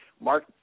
Mark